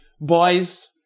boys